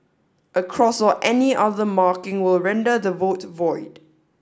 a cross or any other marking will render the vote void